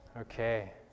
Okay